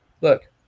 look